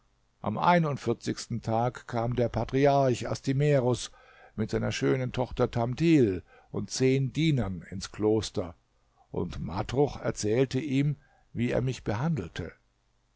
am einundvierzigsten tag kam der patriarch astimerus mit seiner schönen tochter tamthil und zehn dienern ins kloster und matruch erzählte ihm wie er mich behandelte